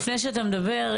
לפני שאתה מדבר,